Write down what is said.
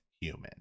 human